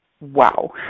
Wow